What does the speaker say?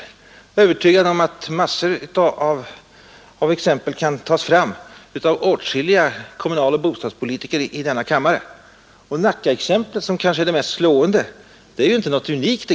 Jag är övertygad om att en hel mängd exempel kan lämnas av åtskilliga kommunala bostadspolitiker i denna kammare. Och Nackaexemplet, som kanske är det mest slående, är inte unikt.